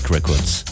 Records